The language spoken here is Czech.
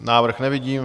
Návrh nevidím.